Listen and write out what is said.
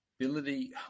ability